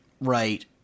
Right